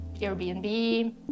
Airbnb